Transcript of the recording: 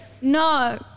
No